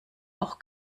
auch